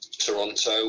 Toronto